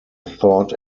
thought